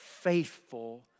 faithful